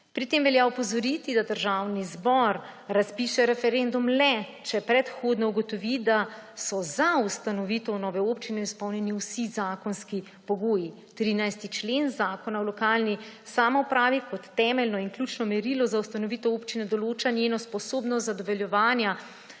Pri tem velja opozoriti, da Državni zbor razpiše referendum le, če predhodno ugotovi, da so za ustanovitev nove občine izpolnjeni vsi zakonski pogoji. 13. člen Zakona o lokalni samoupravi kot temeljno in ključno merilo za ustanovitev občine določa njeno sposobnost zadovoljevanja